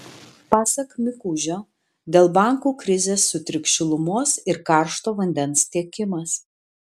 pasak mikužio dėl bankų krizės sutriks šilumos ir karšto vandens tiekimas